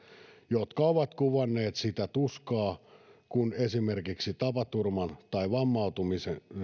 jotka ovat kuvanneet sitä tuskaa kun esimerkiksi tapaturman tai vammautumisen